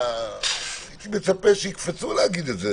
הייתי מצפה שיקפצו לומר את זה